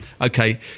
Okay